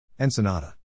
Ensenada